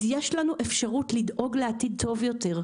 אז יש לנו אפשרות לדאוג לעתיד טוב יותר.